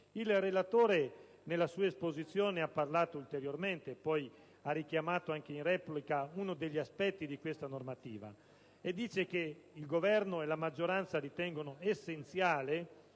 Il relatore Mugnai, nella sua esposizione, ha motivato ulteriormente e ha richiamato, anche in sede di replica, uno degli aspetti di questa normativa, dicendo che il Governo e la maggioranza ritengono essenziale